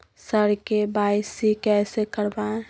sir KYC कैसे करवाएं